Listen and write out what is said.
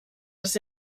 das